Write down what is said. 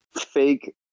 fake